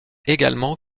également